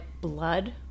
blood